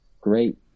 great